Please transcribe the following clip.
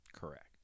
Correct